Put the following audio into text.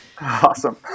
Awesome